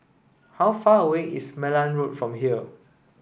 how far away is Malan Road from here